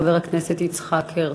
חבר הכנסת יצחק הרצוג.